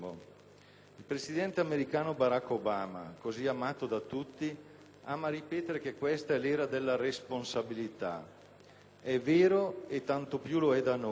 Il presidente americano Barack Obama, così amato da tutti, ama ripetere che questa è l'era della responsabilità. È vero e tanto più lo è da noi.